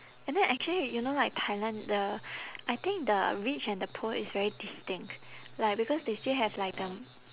and then actually y~ you know like thailand the I think the rich and the poor is very distinct like because they still have like the m~